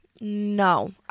no